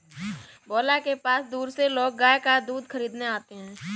भोला के पास दूर से लोग गाय का दूध खरीदने आते हैं